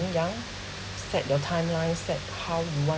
in young set your timeline set how you want